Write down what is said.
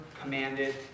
commanded